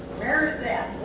where is that?